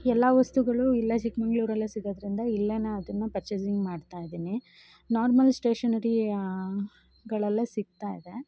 ಎಲ್ಲ ವಸ್ತುಗಳು ಇಲ್ಲೇ ಚಿಕ್ಕಮಗಳೂರಲ್ಲೇ ಸಿಗೋದ್ರಿಂದ ಇಲ್ಲೇ ಅದನ್ನು ಪರ್ಚೇಸಿಂಗ್ ಮಾಡ್ತಾಯಿದ್ದೀನಿ ನಾರ್ಮಲ್ ಸ್ಟೇಷನರಿಯಾಗಳಲ್ಲೆ ಸಿಗ್ತಾಯಿದೆ